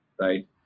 right